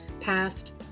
past